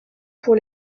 pour